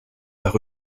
par